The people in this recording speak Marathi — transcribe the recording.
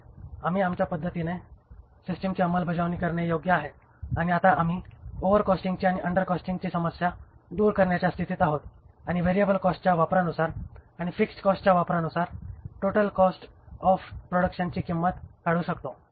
होय आम्ही आमच्या पद्धतीने सिस्टमची अंमलबजावणी करणे योग्य आहे आणि आता आम्ही ओव्हरकॉस्टची आणि अंडर कॉस्टिंगची समस्या दूर करण्याच्या स्थितीत आहोत आणि व्हेरिएबल कॉस्टच्या वापरानुसार आणि फिक्स्ड कॉस्टच्या वापरानुसार टोटल कॉस्ट ऑफ प्रॉडक्शनची किंमत काढू शकतो